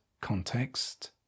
context